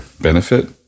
benefit